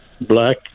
black